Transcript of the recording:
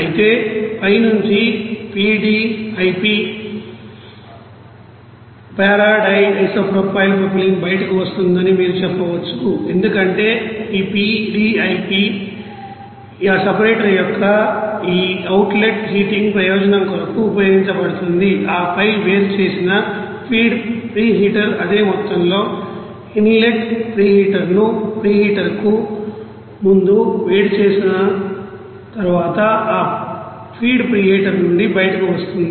అయితే పై నుంచి PDIP బయటకు వస్తుందని మీరు చెప్పవచ్చు ఎందుకంటే ఈ PDIPపిడిఐపి ఆ సపరేటర్ యొక్క ఈ అవుట్ లెట్ హీటింగ్ ప్రయోజనం కొరకు ఉపయోగించబడుతుందిఆపై వేరు చేసిన ఫీడ్ ప్రీహీటర్ అదే మొత్తంలో ఇన్ లెట్ ప్రీహీటర్ ను ప్రీహీటర్ కు ముందు వేడి చేసిన తరువాత ఆ ఫీడ్ ప్రీహీటర్ నుండి బయటకు వస్తుంది